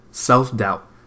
self-doubt